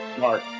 Mark